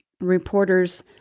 Reporters